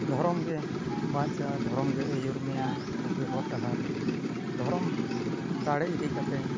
ᱫᱷᱚᱨᱚᱢ ᱜᱮ ᱵᱟᱧᱪᱟᱣᱟᱭ ᱫᱷᱚᱨᱚᱢ ᱜᱮ ᱟᱹᱭᱩᱨ ᱢᱮᱭᱟᱭ ᱵᱩᱜᱤ ᱦᱚᱨᱼᱰᱟᱦᱟᱨ ᱫᱷᱚᱨᱚᱢ ᱫᱟᱲᱮ ᱤᱫᱤ ᱠᱟᱛᱮᱫ